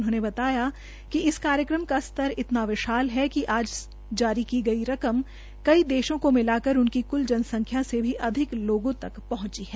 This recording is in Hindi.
उन्होंने बताया कि इस कार्यक्रम का स्तर इतना विशाल है कि अब जारी की गई रकम कई देशों को मिलाकर उनकी जनसंख्या से भी अधिक लोगों तक पहंची है